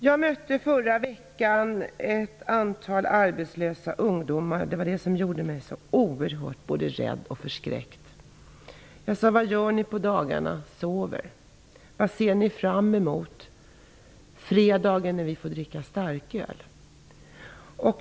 Jag mötte förra veckan ett antal arbetslösa ungdomar. Det var det som gjorde mig så oerhört rädd och förskräckt. Jag frågade vad de gör på dagarna. De svarade: Sover. Jag frågade vad de ser fram emot. De svarade: Fredagen, när vi får dricka starköl.